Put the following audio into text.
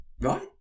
right